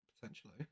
Potentially